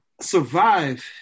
survive